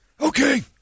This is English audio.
Okay